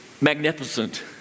magnificent